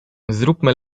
zróbmy